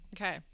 okay